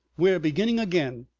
we're beginning again.